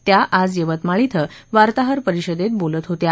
त्या आज यवतमाळ इथं वार्ताहर परिषदेत बोलत होत्या